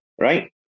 right